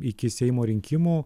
iki seimo rinkimų